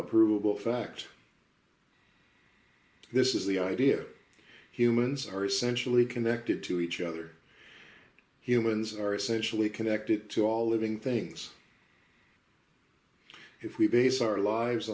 ready fact this is the idea here moments are essentially connected to each other humans are essentially connected to all living things if we base our lives